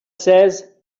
says